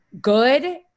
good